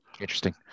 Interesting